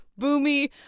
Boomy